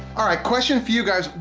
all right question for you guys.